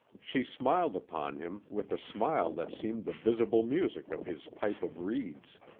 she smiled upon him with a smile that seemed the visible music of his pipe of reeds.